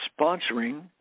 sponsoring